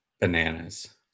Bananas